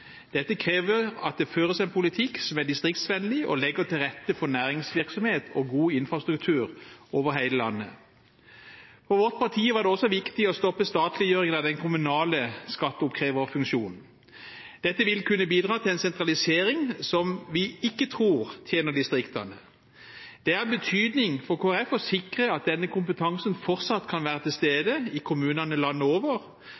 Dette krever at det føres en distriktsvennlig politikk som legger til rette for næringsvirksomhet og god infrastruktur over hele landet. For vårt parti var det også viktig å stoppe statliggjøringen av den kommunale skatteoppkreverfunksjonen, som ville bidratt til en sentralisering som vi ikke tror tjener distriktene. Det er av betydning for Kristelig Folkeparti å sikre at denne kompetansen fortsatt er til stede i kommunene landet over.